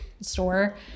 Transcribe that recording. store